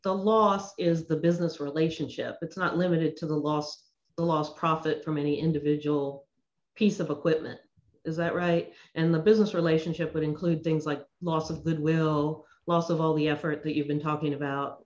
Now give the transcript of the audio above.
the last is the business relationship it's not limited to the last the last profit from any individual piece of equipment is that right and the business relationship would include things like loss of goodwill loss of all the effort that you've been talking about